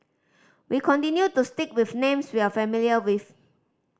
we continue to stick with names we are familiar with